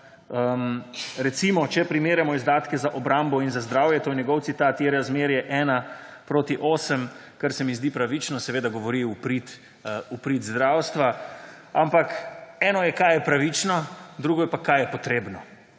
recimo če primerjamo izdatke za obrambo in za zdravje, to je njegov citat, »je razmerje 1 proti 8, kar se mi zdi pravično«. Seveda govori v prid zdravstva, ampak eno je, kaj je pravično, drugo je pa, kaj je potrebno.